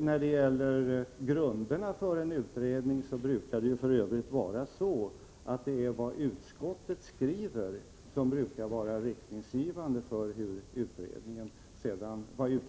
När det gäller grunderna för en utredning brukar det f. ö. vara så att det är vad utskottet skriver som är tongivande för inriktningen av de direktiv